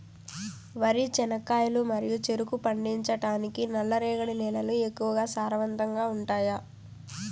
వరి, చెనక్కాయలు మరియు చెరుకు పండించటానికి నల్లరేగడి నేలలు ఎక్కువగా సారవంతంగా ఉంటాయా?